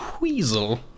Weasel